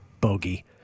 bogey